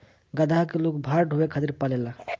गदहा के लोग भार ढोवे खातिर पालेला